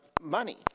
money